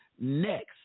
next